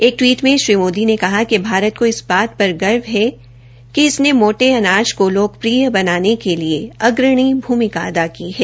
एक टवीट में श्री मोदी ने कहा कि इस को इस बात पर गर्व है कि इसने मोटे अनाज को लोकप्रिय बनाने के लिए अग्रणी भूमिका अदा की है